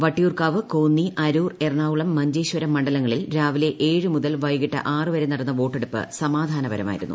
വട്ടിയൂർക്കാവ് കോന്നി അരൂർ എറണാകുളം മഞ്ചേശ്വരം മണ്ഡലങ്ങളിൽ രാവിലെ ഏഴ് മുതൽ വൈകിട്ട് ആറ് വരെ നടന്ന വോട്ടെടുപ്പ് സമാധാനപരമായിരുന്നു